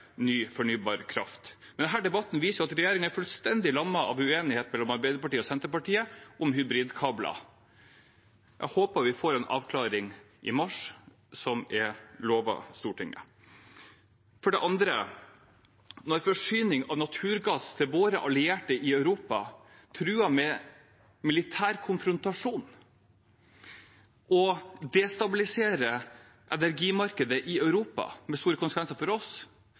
ny fornybar kraft. Men denne debatten viser at regjeringen er fullstendig lammet av uenighet mellom Arbeiderpartiet og Senterpartiet om hybridkabler. Jeg håper vi får en avklaring i mars, som Stortinget er lovet. For det andre: Når forsyning av naturgass til våre allierte i Europa trues med militær konfrontasjon og å destabilisere energimarkedet i Europa – med store konsekvenser for oss